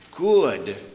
good